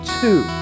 two